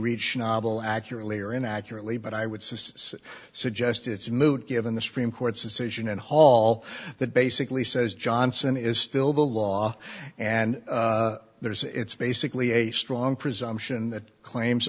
reached nobble accurately or inaccurately but i would says suggest it's moot given the supreme court's decision and all that basically says johnson is still the law and there's it's basically a strong presumption that claims